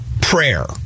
prayer